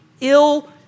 ill